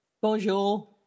Bonjour